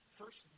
first